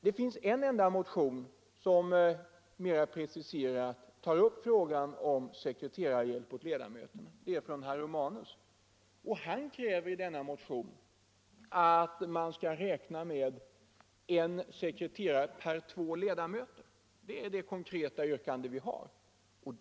Det finns en enda motion, som mera preciserat tar upp frågan om sekreterarhjälp åt ledamöterna. Motionen är väckt av herr Romanus. Han kräver i denna motion att man skall räkna med en sekreterare på två ledamöter. Det är det konkreta yrkande vi har.